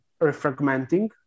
refragmenting